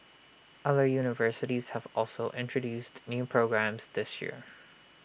other universities have also introduced new programmes this year